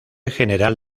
general